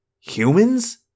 Humans